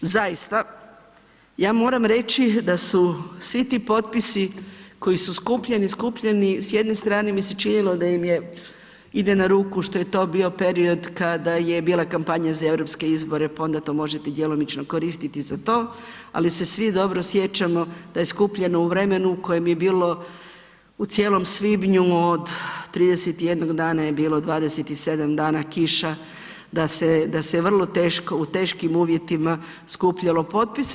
Zaista ja moram reći da su svi ti potpisi koji su skupljeni, skupljeni s jedne strane mi se činilo da im je ide na ruku što je to bio period kada je bila kampanja za EU izbore pa onda to možete djelomično koristiti i za to, ali se svi dobro sjećamo da je skupljeno u vremenu u kojem je bilo u cijelom svibnju od 31 dana je bilo 27 dana kiša, da se vrlo teško, u teškim uvjetima skupljalo potpise.